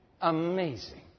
amazing